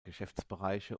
geschäftsbereiche